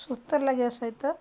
ସୁସ୍ଥ ଲାଗିବା ସହିତ